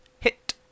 hit